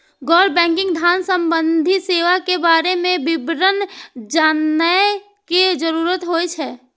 गैर बैंकिंग धान सम्बन्धी सेवा के बारे में विवरण जानय के जरुरत होय हय?